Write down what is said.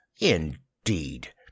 indeed